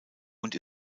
und